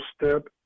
step